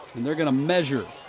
and they're going to measure.